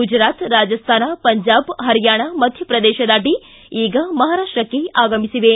ಗುಜರಾತ್ ರಾಜಸ್ಥಾನ ಪಂಜಾಬ್ ಪರಿಯಾಣ ಮಧ್ಯಪ್ರದೇಶ ದಾಟಿ ಈಗ ಮಹಾರಾಷ್ಟಕ್ಕೆ ಆಗಮಿಸಿವೆ